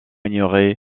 ignorée